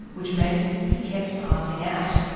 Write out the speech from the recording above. which meant he kept passing out.